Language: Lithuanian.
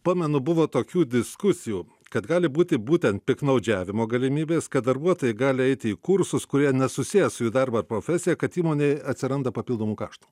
pamenu buvo tokių diskusijų kad gali būti būtent piktnaudžiavimo galimybės kad darbuotojai gali eiti į kursus kurie nesusiję su jų darbu ar profesija kad įmonei atsiranda papildomų kaštų